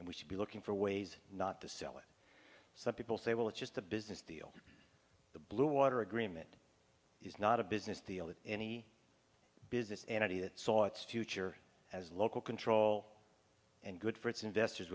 and we should be looking for ways not to sell it some people say well it's just a business deal the bluewater agreement is not a business deal that any business entity that saw its future as local control and good for its investors